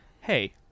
Hey